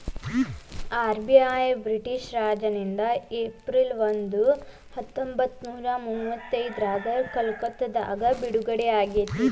RBI British ರಾಜನಿಂದ April ಒಂದ ಹತ್ತೊಂಬತ್ತನೂರ ಮುವತ್ತೈದ್ರಾಗ ಕಲ್ಕತ್ತಾದಾಗ ಸ್ಥಾಪನೆ ಆಯ್ತ್